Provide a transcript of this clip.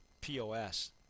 POS